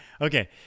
Okay